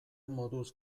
moduz